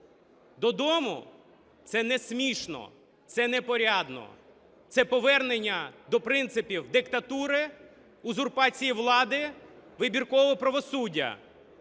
додому – це не смішно, це непорядно, це повернення до принципів диктатури, узурпації влади, вибіркового правосуддя.